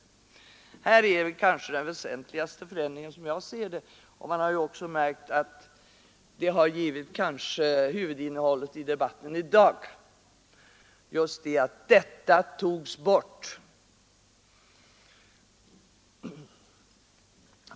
Här är kanske den väsentligaste förändringen. Man har ju också märkt att just det att detta togs bort kanske har blivit huvudinnehållet i debatten i dag.